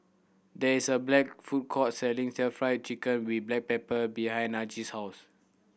there is a black food court selling Stir Fried Chicken with black pepper behind Najee's house